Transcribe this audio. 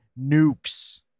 nukes